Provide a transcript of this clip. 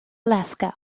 alaska